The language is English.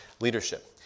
leadership